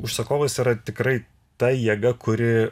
užsakovas yra tikrai ta jėga kuri